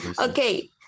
Okay